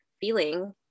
Feeling